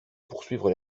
poursuivre